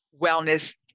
wellness